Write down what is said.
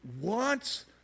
wants